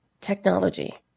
technology